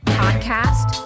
podcast